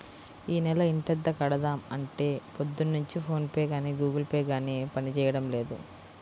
యీ నెల ఇంటద్దె కడదాం అంటే పొద్దున్నుంచి ఫోన్ పే గానీ గుగుల్ పే గానీ పనిజేయడం లేదు